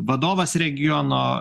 vadovas regiono